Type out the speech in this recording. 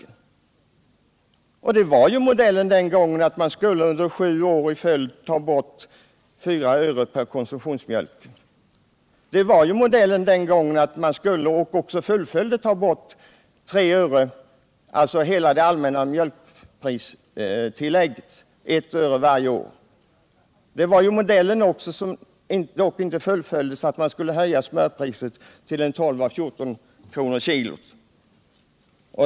Modellen var den gången att man skulle ta bort 4 öre per liter och då av priset på konsumtionsmjölk under sju år i följd. Man skulle vidare ta bort hela det allmänna mijölkpristillägget på 3 öre per liter med 1 öre varje år. Till modellen hörde också att höja smörpriset till 12-14 kr. per kg.